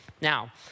Now